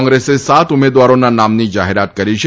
કોંગ્રેસે સાત ઉમેદવારોના નામની જાહેરાત કરી છે